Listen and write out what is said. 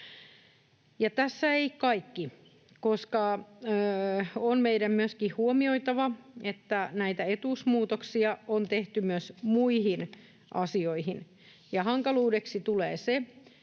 tässä kaikki, koska on meidän myöskin huomioitava, että näitä etuusmuutoksia on tehty myös muihin asioihin. Hankaluudeksi tulee se, että